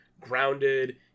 grounded